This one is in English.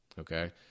okay